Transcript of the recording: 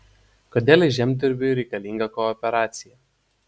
kodėl žemdirbiui reikalinga kooperacija